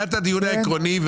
היה את הדיון העקרוני,